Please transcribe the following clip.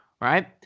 right